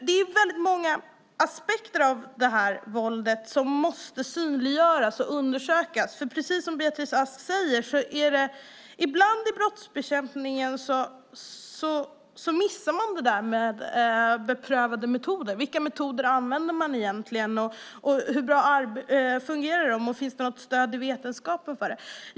Det finns väldigt många aspekter av detta våld som måste synliggöras och undersökas. Precis som Beatrice Ask säger missar man ibland detta med beprövade metoder i brottsbekämpningen. Vilka metoder använder man egentligen? Hur fungerar de? Finns det något stöd i vetenskap?